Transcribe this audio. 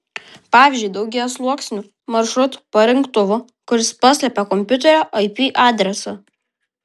pavyzdžiui daugiasluoksniu maršrutų parinktuvu kuris paslepia kompiuterio ip adresą